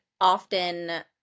often